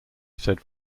said